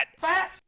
fat